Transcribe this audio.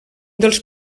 dels